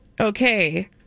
Okay